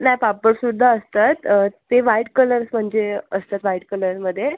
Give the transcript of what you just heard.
नाही पापड सुद्धा असतात ते व्हाईट कलर्स म्हणजे असतात व्हाईट कलरमध्ये